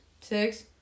Six